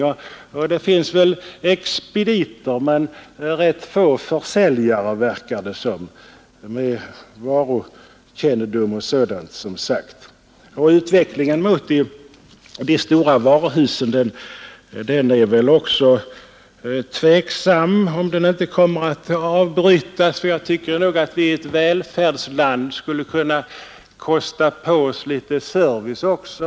Visserligen finns det expediter där, men det verkar som om det fanns ganska få försäljare med varukännedom. Tveksamt är väl också om inte utvecklingen mot stora varuhus kommer att avbrytas. Jag tycker att vi i ett välfärdsland som Sverige skulle kunna kosta på oss litet service också.